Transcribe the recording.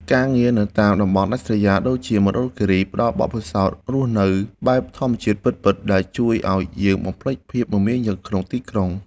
ការងារនៅតាមតំបន់ដាច់ស្រយាលដូចជា មណ្ឌលគិរី ផ្ដល់បទពិសោធន៍រស់នៅបែបធម្មជាតិពិតៗដែលជួយឱ្យយើងបំភ្លេចភាពមមាញឹកក្នុងទីក្រុង។